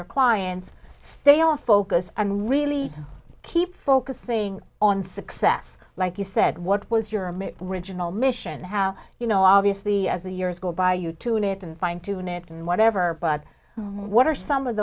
your clients stay off focus and really keep focusing on success like you said what was your main regional mission how you know obviously as the years go by you tune it and fine tune it and whatever but what are some of